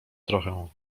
trochę